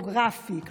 הגיאוגרפי,